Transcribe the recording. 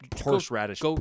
horseradish